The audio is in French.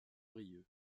brieuc